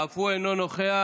אף הוא אינו נוכח,